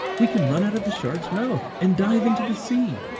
we can run out of the shark's mouth and dive into the sea.